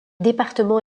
département